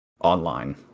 online